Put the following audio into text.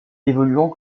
évoluant